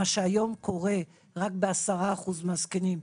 מה שהיום קורה רק ב-10% מהזקנים,